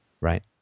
right